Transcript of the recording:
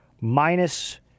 minus